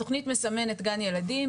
התכנית מסמנת גן ילדים.